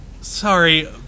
sorry